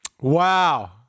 Wow